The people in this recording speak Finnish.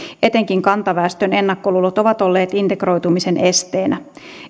etenkin kantaväestön ennakkoluulot ovat olleet integroitumisen esteenä